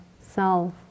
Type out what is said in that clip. self